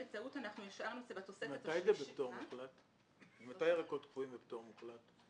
מתי ירקות קפואים בפטור מוחלט?